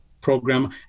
program